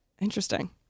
Interesting